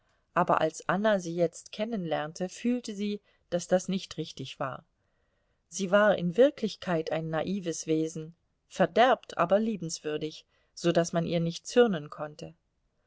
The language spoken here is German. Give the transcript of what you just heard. aber als anna sie jetzt kennenlernte fühlte sie daß das nicht richtig war sie war in wirklichkeit ein naives wesen verderbt aber liebenswürdig so daß man ihr nicht zürnen konnte